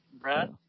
Brad